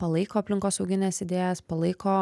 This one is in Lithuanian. palaiko aplinkosaugines idėjas palaiko